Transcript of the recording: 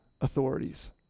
authorities